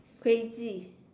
crazy